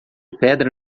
pedra